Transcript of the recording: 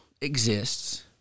exists